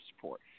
support